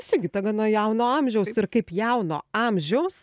sigita gana jauno amžiaus ir kaip jauno amžiaus